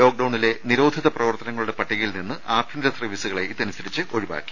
ലോക്ഡൌണിലെ നിരോധിത പ്രവർത്തനങ്ങളുടെ പട്ടികയിൽ നിന്ന് ആഭ്യന്തര സർവ്വീസുകളെ ഇതനുസരിച്ച് ഒഴിവാക്കി